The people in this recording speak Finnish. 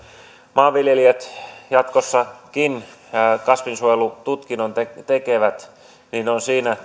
maanviljelijät jatkossakin kasvinsuojelututkinnon tekevät niin siinä